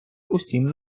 усім